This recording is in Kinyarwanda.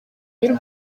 y’u